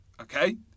okay